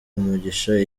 umugisha